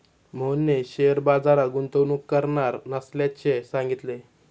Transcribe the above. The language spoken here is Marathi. मोहनने शेअर बाजारात गुंतवणूक करणार नसल्याचे सांगितले